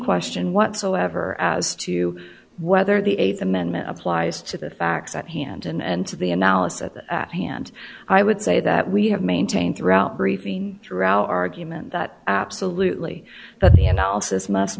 question whatsoever as to whether the th amendment applies to the facts at hand and to the analysis at the hand i would say that we have maintained throughout briefing throughout our argument that absolutely that the and also this must